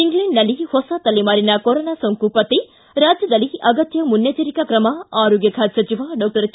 ಇಂಗ್ಲೆಂಡ್ನಲ್ಲಿ ಹೊಸ ತಲೆಮಾರಿನ ಕೊರೋನಾ ಸೋಂಕು ಪತ್ತೆ ರಾಜ್ಯದಲ್ಲಿ ಅಗತ್ತ ಮುನ್ನೆಚ್ವರಿಕಾ ಕ್ರಮ ಆರೋಗ್ಲ ಖಾತೆ ಸಚಿವ ಡಾಕ್ಷರ್ ಕೆ